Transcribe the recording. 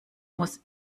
muss